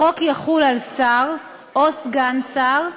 החוק יחול על שר או סגן שר,